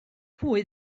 pwy